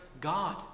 God